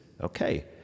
okay